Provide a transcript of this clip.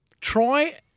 Try